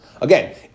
Again